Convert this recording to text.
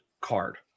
card